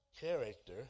character